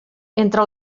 entre